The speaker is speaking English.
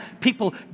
people